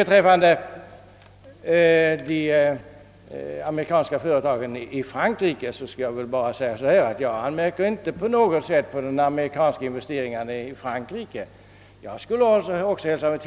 Beträffande de amerikanska företagen i Frankrike skulle jag bara vilja säga att jag inte anmärker på de amerikanska investeringarna i Frankrike. Jag skulle hälsa med